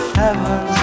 heaven